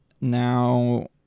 Now